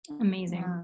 Amazing